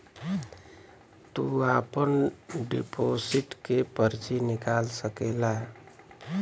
तू आपन डिपोसिट के पर्ची निकाल सकेला